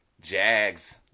Jags